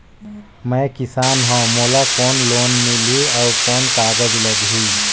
मैं किसान हव मोला कौन लोन मिलही? अउ कौन कागज लगही?